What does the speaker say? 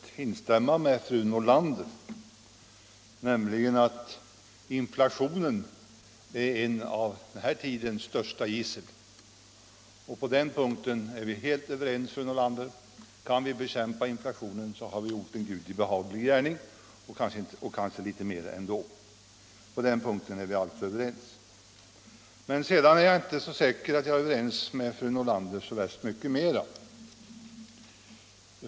Herr talman! Låg mig börja med att på en punkt instämma med fru Nordlander, nämligen när hon påstår att inflationen är ett av denna tids största gissel. På den punkten är vi alltså helt överens. Kan vi bekämpa inflationen har vi gjort en Gudi behaglig gärning och kanske litet mer. Men sedan är jag inte säker på att jag är överens med fru Nordlander om så värst mycket mer.